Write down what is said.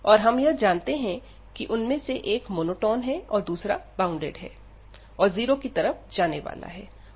और हम यह जानते हैं कि उनमें से एक मोनोटॉन तथा दूसरा बॉउंडेड और जीरो की तरफ जाने वाला है